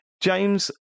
James